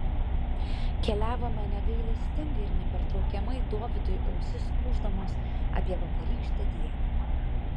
keliavome negailestingai ir nepertraukiamai dovydui ausis ūždamos apie vakarykštę dieną